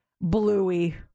Bluey